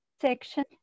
section